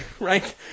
right